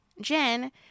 Jen